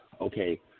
okay